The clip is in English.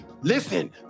listen